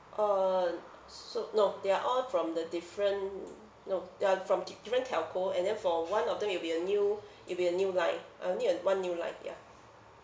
uh s~ so no they are all from the different no they are from di~ different telco and then for one of them it'll be a new it'll be a new line I will need a one new line ya